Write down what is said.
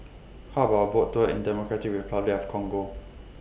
How about A Boat Tour in Democratic Republic of Congo